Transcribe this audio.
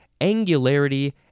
angularity